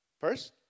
First